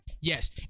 yes